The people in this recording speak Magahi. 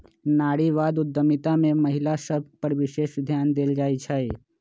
नारीवाद उद्यमिता में महिला सभ पर विशेष ध्यान देल जाइ छइ